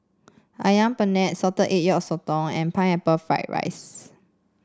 ayam panggang Salted Egg Yolk Sotong and Pineapple Fried Rice